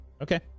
Okay